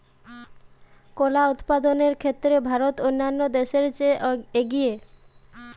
কলা উৎপাদনের ক্ষেত্রে ভারত অন্যান্য দেশের চেয়ে এগিয়ে